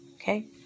okay